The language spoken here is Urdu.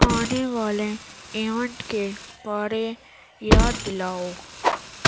آنے والے ایونٹ کے بارے یاد دلاؤ